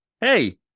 hey